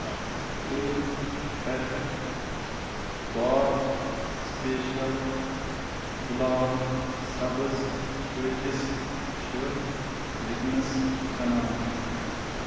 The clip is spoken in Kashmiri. پَہ تٕرٛہ پَتہٕ کاک سٕپیشَل گُلال سبٕز کۭتِس چھُ وٕکٮ۪نَس کٕنان